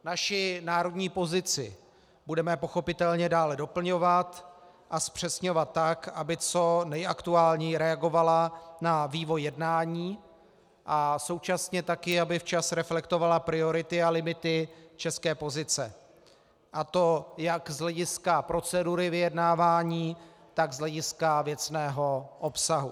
Naši národní pozici budeme pochopitelně dále doplňovat a zpřesňovat tak, aby co nejaktuálněji reagovala na vývoj jednání a současně aby včas reflektovala priority a limity české pozice, a to jak z hlediska procedury vyjednávání, tak z hlediska věcného obsahu.